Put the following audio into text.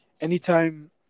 anytime